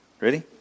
Ready